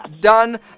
done